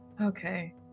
okay